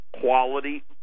quality